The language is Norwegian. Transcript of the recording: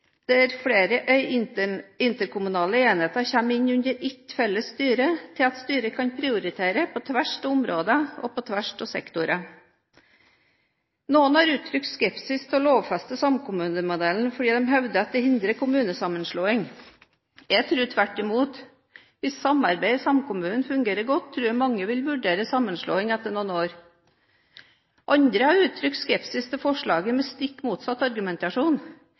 der flere interkommunale enheter kommer inn under ett felles styre, til at styret kan prioritere på tvers av områder og på tvers av sektorer. Noen har uttrykt skepsis til å lovfeste samkommunemodellen fordi de hevder det vil hindre kommunesammenslåing – jeg tror tvert imot. Hvis samarbeidet i samkommunen fungerer godt, tror jeg mange vil vurdere sammenslåing etter noen år. Andre har uttrykt skepsis til forslaget med stikk motsatt argumentasjon.